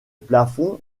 plafond